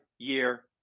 year